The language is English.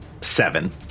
seven